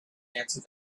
answer